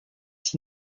six